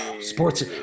Sports